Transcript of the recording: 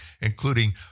including